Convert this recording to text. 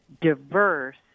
diverse